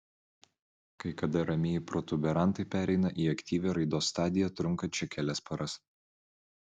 kai kada ramieji protuberantai pereina į aktyvią raidos stadiją trunkančią kelias paras